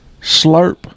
slurp